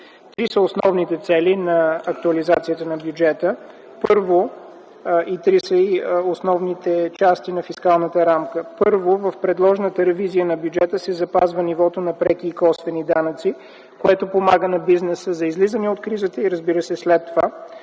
Три са основните цели на актуализацията на бюджета и три са основните части на фискалната рамка. Първо, в предложената ревизия на бюджета се запазва нивото на преки и косвени данъци, което помага на бизнеса за излизане от кризата и, разбира се, след това